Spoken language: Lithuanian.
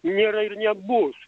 nėra ir nebus